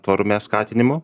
tvarume skatinimo